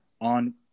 on